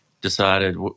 decided